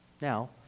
Now